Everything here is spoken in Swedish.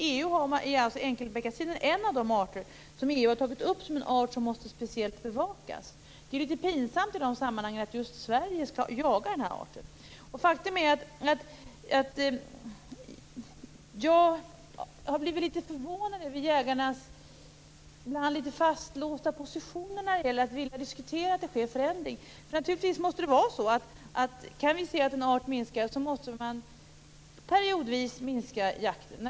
Enkelbeckasinen är en av de arter som EU har tagit upp bland de som speciellt måste bevakas. Det är ju litet pinsamt i de sammanhangen att just Sverige skall jaga den här arten. Jag har blivit litet förvånad över jägarnas ibland litet fastlåsta positioner när det gäller att vilja diskutera att det sker förändringar. Om en art minskar måste vi naturligtvis periodvis minska jakten.